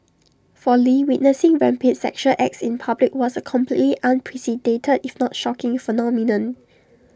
for lee witnessing rampant sexual acts in public was A completely unprecedented if not shocking phenomenon